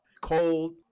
cold